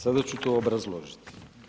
Sada ću to obrazložiti.